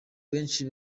benshi